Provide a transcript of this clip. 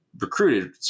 recruited